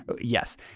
yes